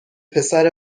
پسر